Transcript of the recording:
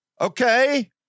Okay